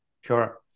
Sure